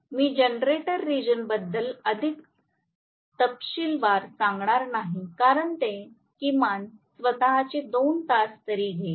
मी generator region बद्दल अधिक तपशीलवार सांगणार नाही कारण ते किमान स्वत चे 2 तास तरी घेईल